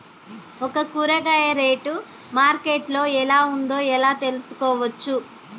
ఒక కూరగాయ rate market లో ఎలా ఉందో ఎలా తెలుసుకోవచ్చు?